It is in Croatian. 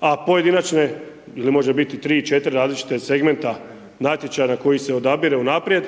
a pojedinačne ili može biti tri, četiri različite segmenta natječaja na koji se odabire unaprijed.